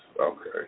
Okay